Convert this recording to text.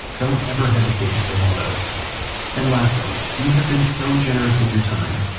don't ever hesitate to say hello and lastly, you have been so generous with your time.